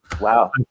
Wow